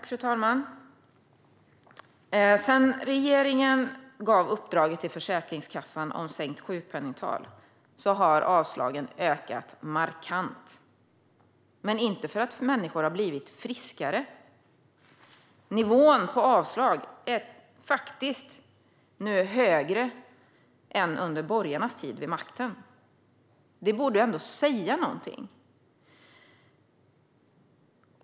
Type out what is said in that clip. Fru talman! Sedan regeringen gav uppdraget till Försäkringskassan om sänkt sjukpenningtal har avslagen ökat markant, men inte för att människor har blivit friskare. Nivån på avslagen är faktiskt högre nu än under borgarnas tid vid makten. Det borde ändå säga någonting.